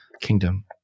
kingdom